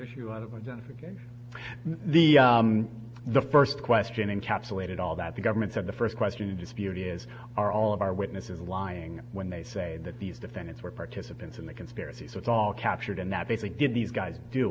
issue of the the first question encapsulated all that the government said the first question to dispute is are all of our witnesses lying when they say that these defendants were participants in the conspiracy so it's all captured in that basically did these guys do